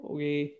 Okay